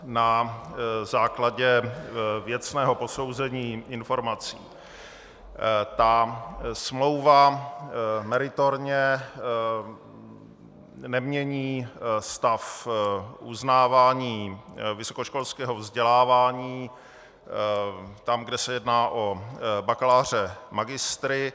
Na základě věcného posouzení informací smlouva meritorně nemění stav uznávání vysokoškolského vzdělávání tam, kde se jedná o bakaláře a magistry.